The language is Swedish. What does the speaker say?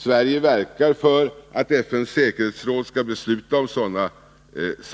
Sverige verkar för att FN:s säkerhetsråd skall besluta om sådana.